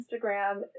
instagram